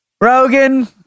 Rogan